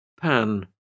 Pan